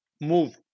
move